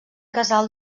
casal